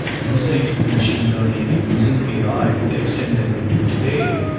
using machine learning and using ai to the extent that we do today,